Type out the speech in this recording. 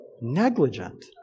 negligent